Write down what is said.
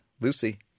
Lucy